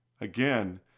Again